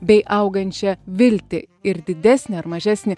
bei augančią viltį ir didesnį ar mažesnį